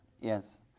Yes